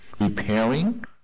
repairing